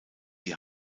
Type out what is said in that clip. die